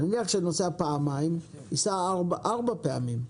נניח שאני נוסע פעמיים, אני אסע ארבע פעמים.